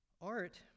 Art